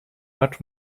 much